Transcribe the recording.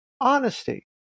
honesty